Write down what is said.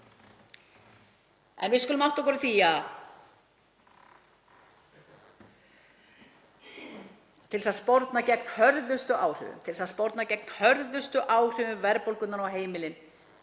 En við skulum átta okkur á því að til að sporna gegn hörðustu áhrifum verðbólgunnar á heimilin